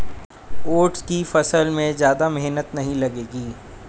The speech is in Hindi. ओट्स की फसल में ज्यादा मेहनत नहीं लगेगी